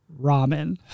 Ramen